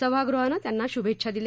सभागृहानं त्यांना शुभेच्छा दिल्या